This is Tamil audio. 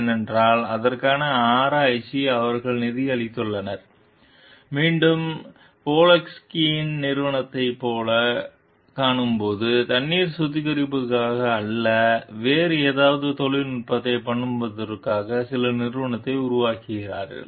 ஏனெனில் அதற்கான ஆராய்ச்சிக்கு அவர்கள் நிதியளித்துள்ளனர் மீண்டும் போலின்ஸ்கியின் நிறுவனத்தைப் போலக் காணும்போது தண்ணீர் சுத்திகரிப்புக்காக அல்ல வேறு ஏதாவது தொழில்நுட்பத்தைப் பயன்படுத்துவதற்காக சில நிறுவனத்தை உருவாக்கியிருக்கிறார்கள்